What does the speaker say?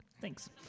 thanks